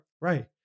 Right